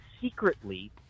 secretly